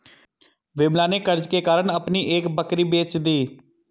विमला ने कर्ज के कारण अपनी एक बकरी बेच दी